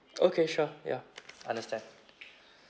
okay sure ya understand